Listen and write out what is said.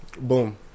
boom